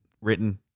written